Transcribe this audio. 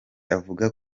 avuga